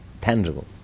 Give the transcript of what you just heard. tangible